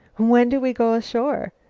when do we go ashore?